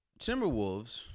Timberwolves